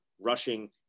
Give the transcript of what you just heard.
rushing